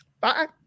Bye